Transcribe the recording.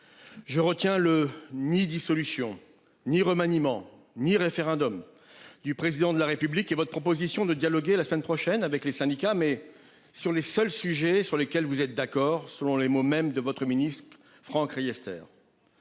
Je retiens le ni dissolution ni remaniement ni référendum du président de la république et votre proposition de dialoguer la semaine prochaine avec les syndicats, mais sur les seuls sujets sur lesquels vous êtes d'accord, selon les mots mêmes de votre ministre Franck Riester.